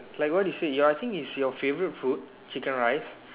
like what you say your I think is your favourite food chicken rice